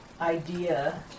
idea